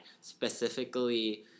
specifically